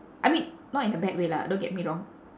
I mean not in a bad way lah don't get me wrong